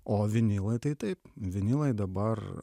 o vinilai tai taip vinilai dabar